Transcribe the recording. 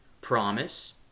promise